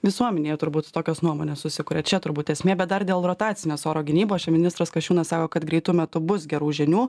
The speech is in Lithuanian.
visuomenėje turbūt tokios nuomonės susikuria čia turbūt esmė bet dar dėl rotacinės oro gynybos čia ministras kasčiūnas sako kad greitu metu bus gerų žinių